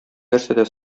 нәрсәдә